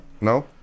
no